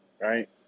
right